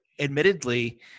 admittedly